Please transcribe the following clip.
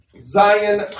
Zion